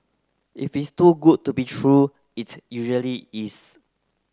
if it's too good to be true it usually is